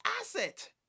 asset